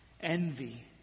Envy